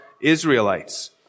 Israelites